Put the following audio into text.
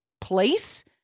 place